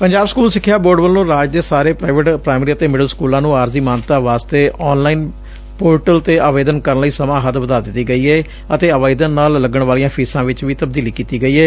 Punjab school ਸਿੱਖਿਆ board ਵੱਲੋ ਰਾਜ ਦੇ ਸਾਰੇ ਪਾਈਵੇਟ ਪਾਇਮਰੀ ਅਤੇ ਮਿਡਲ ਸਕੁਲਾਂ ਨੂੰ ਆਰਜ਼ੀ ਮਾਨਤਾ ਵਾਸਤੇ ਆਨ ਲਾਈਨ ਪੋਰਟਲ ਤੇ ਆਵੇਦਨ ਕਰਨ ਲਈਸਮਾਂ ਹੱਦ ਵਧਾ ਦਿੱਤੀ ਗਈ ਏ ਅਤੇ ਆਵੇਦਨ ਨਾਲ ਲੱਗਣ ਵਾਲੀਆਂ ਫੀਸਾਂ ਵਿਚ ਵੀ ਤਬਦੀਲੀ ਕੀਤੀ ਗਈ ਏ